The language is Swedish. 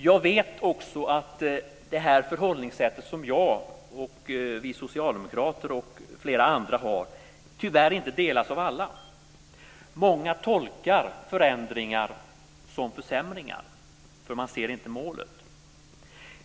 Jag vet också att det förhållningssätt som jag, vi socialdemokrater och flera andra har tyvärr inte delas av alla. Många tolkar förändringar som försämringar eftersom man inte ser målet.